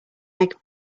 egg